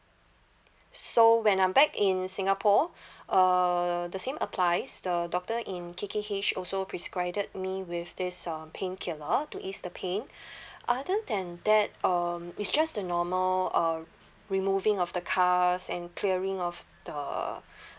so when I'm back in singapore uh the same applies the doctor in K_K_H also prescribed me with this um painkiller to ease the pain other than that um it's just the normal uh removing of the cast and clearing of the